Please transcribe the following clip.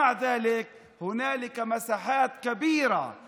אנחנו יודעים שהתשתית הגזענית של המדינה